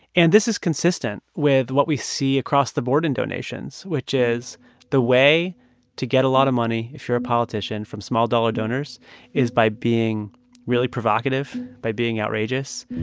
and this is consistent with what we see across the board in donations, which is the way to get a lot of money, if you're a politician, from small-dollar donors is by being really provocative, by being outrageous,